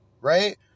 right